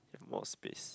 you have more space